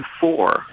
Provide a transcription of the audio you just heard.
four